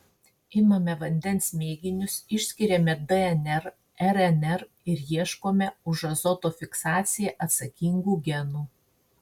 imame vandens mėginius išskiriame dnr rnr ir ieškome už azoto fiksaciją atsakingų genų